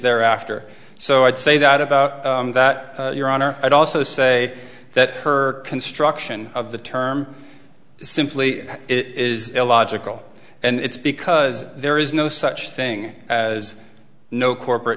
thereafter so i'd say that about that your honor i'd also say that her construction of the term simply is illogical and it's because there is no such thing as no corporate